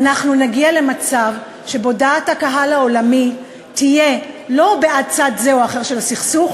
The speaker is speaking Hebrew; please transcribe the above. אנחנו נגיע למצב שדעת הקהל העולמית תהיה לא בעד צד זה או אחר של הסכסוך,